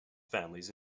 families